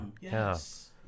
Yes